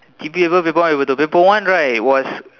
G_P paper paper one but the paper one right was